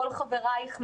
כל חברייך,